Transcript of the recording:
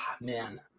man